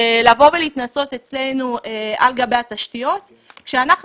לבוא ולהתנסות אצלנו על גבי התשתיות כשאנחנו